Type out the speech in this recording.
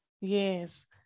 Yes